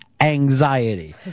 anxiety